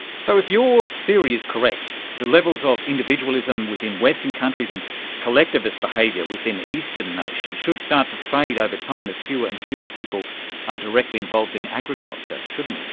so if your theory is correct, the levels of individualism within western countries and collectivist behaviour within eastern nations should start to fade over time as fewer and fewer people are directly involved in agriculture, shouldn't it?